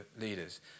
leaders